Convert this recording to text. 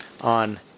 on